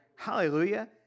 Hallelujah